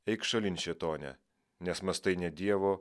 eik šalin šėtone nes mąstai ne dievo